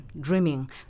dreaming